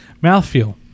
mouthfeel